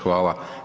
Hvala.